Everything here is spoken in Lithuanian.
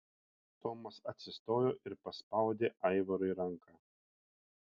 tomas atsistojo ir paspaudė aivarui ranką